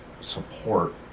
support